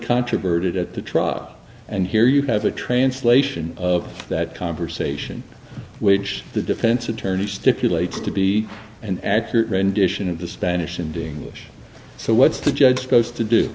controverted at the trial and here you have a translation of that conversation which the defense attorney stipulates to be an accurate rendition of the spanish and english so what's the judge supposed to do